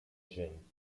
gent